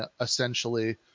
essentially